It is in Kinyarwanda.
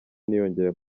ntiyongera